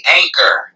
anchor